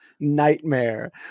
nightmare